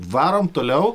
varom toliau